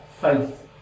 faith